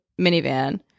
minivan